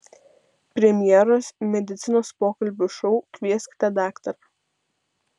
premjeros medicinos pokalbių šou kvieskite daktarą